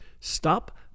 Stop